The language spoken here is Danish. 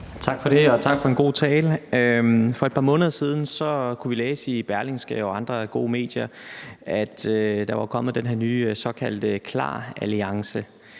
Tak for det, og tak for en god tale. For et par måneder siden kunne vi læse i Berlingske og andre gode medier, at der var kommet den her nye såkaldte KLAR-alliance,